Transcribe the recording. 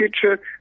future